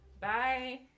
Bye